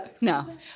No